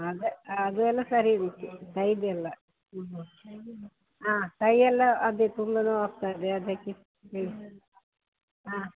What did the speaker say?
ಅದೆ ಅದೆಲ್ಲ ಸರಿ ಉಂಟು ಕೈಗೆಲ್ಲ ಹಾಂ ಕೈಯೆಲ್ಲ ಅದೇ ತುಂಬ ನೋವು ಆಗ್ತಾಯಿದೆ ಅದಕ್ಕೆ ಹಾಂ